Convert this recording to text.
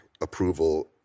approval